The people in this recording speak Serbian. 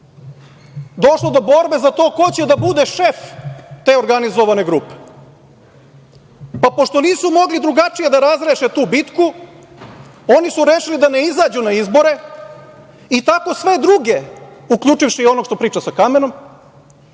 došlo do borbe za to ko će da bude šef te organizovane grupe, pa pošto nisu mogli drugačije da razreše tu bitku, oni su rešili da ne izađu na izbore i tako sve druge uključivši i onog što priča sa kamenom,